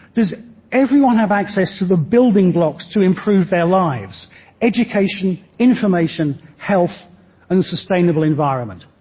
does everyone have access to the building blocks to improve their lives education, information, health and sustainable environment?